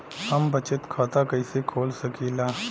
हम बचत खाता कईसे खोल सकिला?